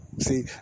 See